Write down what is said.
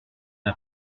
n’a